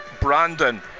Brandon